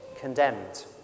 condemned